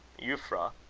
euphra,